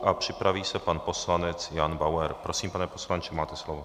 A připraví se pan poslanec Jan Bauer. Prosím, pane poslanče, máte slovo.